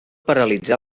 paralitzar